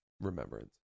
remembrance